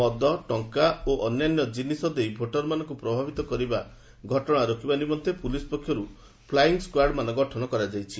ମଦ ଟଙ୍କା ଓ ଅନ୍ୟାନ୍ୟ ଜିନିଷ ଦେଇ ଭୋଟରମାନଙ୍କୁ ପ୍ରଭାବିତ କରିବା ଘଟଣା ରୋକିବା ନିମନ୍ତେ ପୁଲିସ୍ ପକ୍ଷରୁ ଫ୍ଲାଇଂ ସ୍କାର୍ଡ଼ମାନ ଗଠନ କରାଯାଇଛି